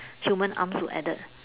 humans arms were added